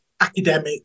academic